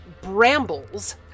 brambles